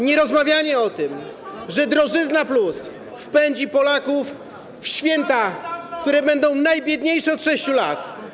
Nierozmawianie o tym, że drożyzna+ wpędzi Polaków w święta, które będą najbiedniejsze od 6 lat.